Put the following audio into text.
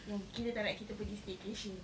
yang kira tak nak kita pergi staycation